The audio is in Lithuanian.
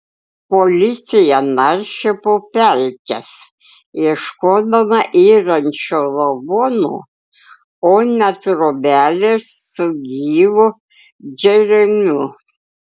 policija naršė po pelkes ieškodama yrančio lavono o ne trobelės su gyvu džeremiu